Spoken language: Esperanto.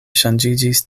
ŝanĝiĝis